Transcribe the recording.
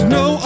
no